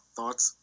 Thoughts